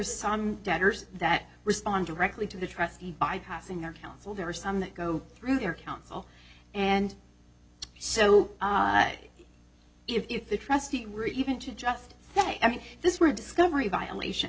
some debtors that respond directly to the trustee bypassing our council there are some that go through their council and so if the trustee were even to just say i mean this were a discovery violation